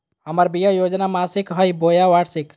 हमर बीमा योजना मासिक हई बोया वार्षिक?